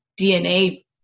DNA